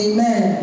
Amen